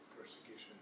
persecution